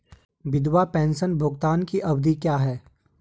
विधवा पेंशन भुगतान की अवधि क्या है?